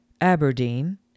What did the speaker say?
Aberdeen